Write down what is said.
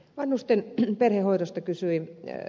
vanhusten perhehoidosta kysyi ed